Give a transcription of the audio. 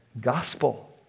gospel